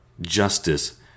justice